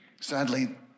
Sadly